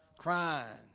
crying